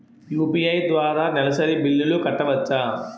UPI ద్వారా నెలసరి బిల్లులు కట్టవచ్చా?